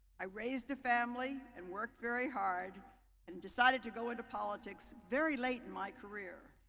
i raised a family and worked very hard and decided to go into politics very late in my career.